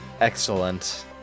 Excellent